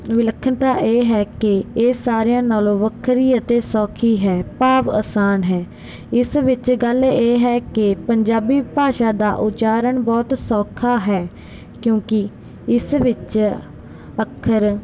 ਵਿਲੱਖਣਤਾ ਇਹ ਹੈ ਕਿ ਇਹ ਸਾਰਿਆਂ ਨਾਲੋਂ ਵੱਖਰੀ ਅਤੇ ਸੌਖੀ ਹੈ ਭਾਵ ਆਸਾਨ ਹੈ ਇਸ ਵਿੱਚ ਗੱਲ ਇਹ ਹੈ ਕਿ ਪੰਜਾਬੀ ਭਾਸ਼ਾ ਦਾ ਉਚਾਰਨ ਬਹੁਤ ਸੌਖਾ ਹੈ ਕਿਉਂਕਿ ਇਸ ਵਿੱਚ ਅੱਖਰ